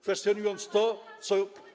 kwestionując to, co.